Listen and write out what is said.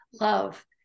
love